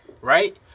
right